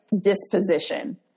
disposition